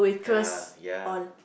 ah ya